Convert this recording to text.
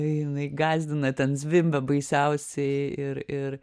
jinai gąsdina ten zvimbia baisiausiai ir ir